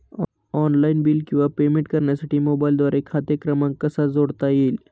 Online bill किंवा payment करण्यासाठी मोबाईलद्वारे खाते क्रमांक कसा जोडता येईल?